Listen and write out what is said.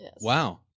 Wow